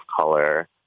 color